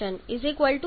8 2